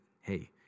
hey